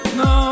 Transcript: no